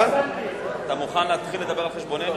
אתה מוכן להתחיל לדבר על-חשבוננו?